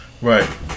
Right